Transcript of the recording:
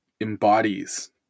embodies